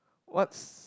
what's